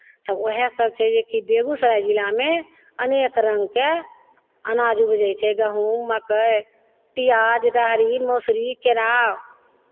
तऽ उएहसभ छै जेकि बेगूसराय जिलामे अनेक रङ्गके अनाज उपजै छै गहुम मकइ पियाज राहरि मसुरी केराउ